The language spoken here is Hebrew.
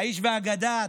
האיש והאגדה,